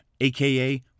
aka